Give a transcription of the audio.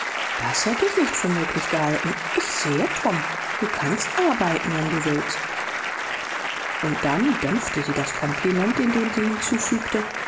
das hätt ich nicht für möglich gehalten ich sehe tom du kannst arbeiten wenn du willst und dann dämpfte sie das kompliment indem sie hinzufügte